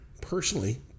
personally